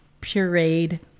pureed